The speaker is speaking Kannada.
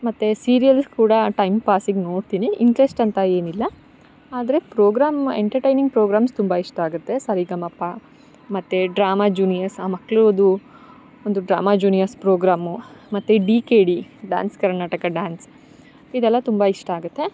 ಮತ್ತು ಸೀರಿಯಲ್ ಕೂಡ ಟೈಮ್ ಪಾಸಿಗೆ ನೋಡ್ತೀನಿ ಇಂಟ್ರೆಸ್ಟ್ ಅಂತ ಏನಿಲ್ಲ ಆದರೆ ಪ್ರೋಗ್ರಾಮ್ ಎಂಟರ್ಟೈನಿಂಗ್ ಪ್ರೋಗ್ರಾಮ್ಸ್ ತುಂಬ ಇಷ್ಟ ಆಗುತ್ತೆ ಸರಿಗಮಪ ಮತ್ತು ಡ್ರಾಮಾ ಜೂನಿಯರ್ಸ್ ಆ ಮಕ್ಳದು ಒಂದು ಡ್ರಾಮಾ ಜೂನಿಯರ್ಸ್ ಪ್ರೋಗ್ರಾಮು ಮತ್ತು D K D dance Karnataka dance ಇದೆಲ್ಲ ತುಂಬ ಇಷ್ಟ ಆಗುತ್ತೆ